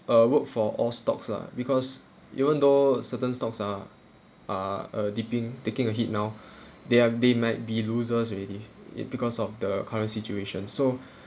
uh work for all stocks lah because even though a certain stocks are are uh dipping taking a hit now there're there might be loses already it because of the current situation so